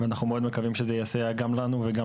אנחנו מקווים מאוד שזה יסייע גם לנו וגם